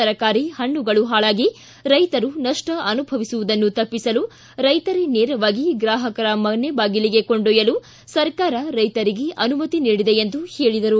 ತರಕಾರಿ ಪಣ್ಣಗಳು ಹಾಳಾಗಿ ರೈತರು ನಷ್ಟ ಅನುಭವಿಸುವುದನ್ನು ತಪ್ಪಸಲು ಅವರೇ ನೇರವಾಗಿ ಗ್ರಾಹಕರ ಮನೆ ಬಾಗಿಲಿಗೆ ಕೊಂಡೊಯ್ನಲು ಸರ್ಕಾರ ರೈತರೇ ಅನುಮತಿ ನೀಡಿದೆ ಎಂದು ಹೇಳಿದರು